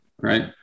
right